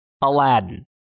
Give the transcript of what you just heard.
Aladdin